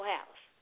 House